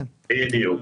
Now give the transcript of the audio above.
בדיוק,